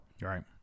Right